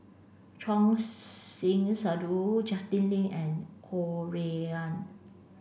Choor Singh Sidhu Justin Lean and Ho Rui An